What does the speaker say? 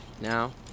Now